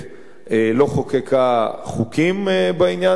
לא חוקקה חוקים בעניין הזה.